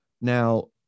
Now